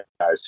guys